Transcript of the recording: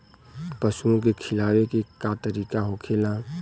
पशुओं के खिलावे के का तरीका होखेला?